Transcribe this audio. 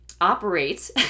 operate